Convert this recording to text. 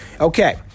Okay